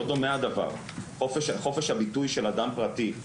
חופש הביטוי של אדם פרטי,